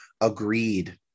agreed